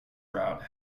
route